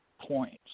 points